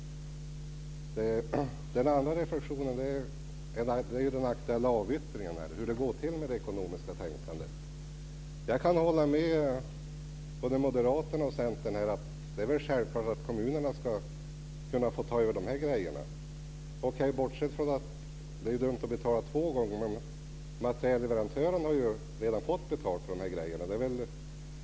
Den andra reflexionen är den aktuella avyttringen och hur det ekonomiska tänkandet har varit. Jag kan hålla med både Moderaterna och Centern om att det är självklart att kommunerna ska kunna få ta över de här sakerna. Det är dumt att betala två gånger, men materielleverantörerna har ju redan fått betalt för de här sakerna.